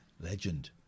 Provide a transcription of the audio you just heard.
legend